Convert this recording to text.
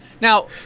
now